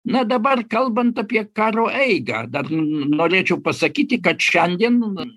na dabar kalbant apie karo eigą dar norėčiau pasakyti kad šiandien